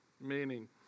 meaning